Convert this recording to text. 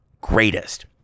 greatest